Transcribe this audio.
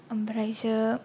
ओमफ्रायसो